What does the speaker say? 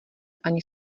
ani